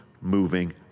moving